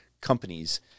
companies